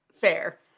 Fair